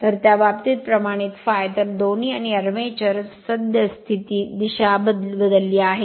तर त्या बाबतीत प्रमाणित ∅ तर दोन्ही आणि आर्मेचर सद्य दिशा बदलली आहे